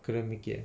couldn't make it